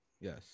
Yes